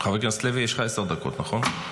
חבר הכנסת לוי, יש לך עשר דקות, נכון?